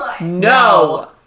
no